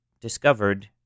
discovered